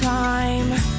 Time